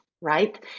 right